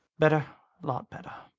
better lot better.